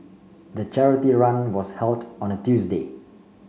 the charity run was held on a Tuesday